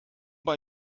bei